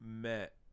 met